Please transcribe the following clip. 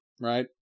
right